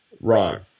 Wrong